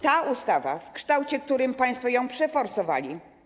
Ta ustawa w kształcie, w którym państwo ją przeforsowali.